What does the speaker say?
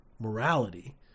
morality